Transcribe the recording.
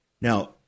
Now